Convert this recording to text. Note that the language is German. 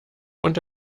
und